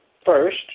First